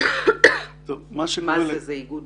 זה ארגון